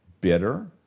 bitter